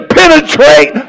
penetrate